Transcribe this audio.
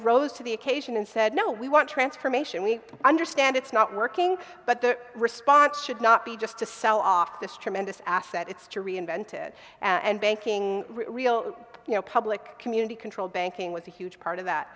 rose to the occasion and said no we want transformation we understand it's not working but the response should not be just to sell off this tremendous asset it's to reinvent it and banking real you know public community control banking with a huge part of that